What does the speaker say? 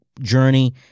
journey